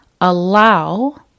allow